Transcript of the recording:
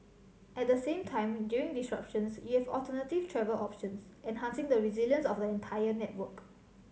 at the same time during disruptions you have alternative travel options enhancing the resilience of the entire network